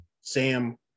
Sam